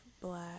black